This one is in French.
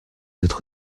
être